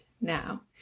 now